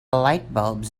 lightbulbs